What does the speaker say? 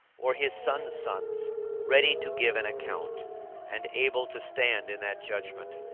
or his son's sons ready to give an account and able to stand in that judgment,